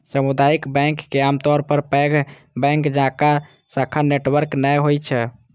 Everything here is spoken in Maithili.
सामुदायिक बैंक के आमतौर पर पैघ बैंक जकां शाखा नेटवर्क नै होइ छै